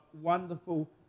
wonderful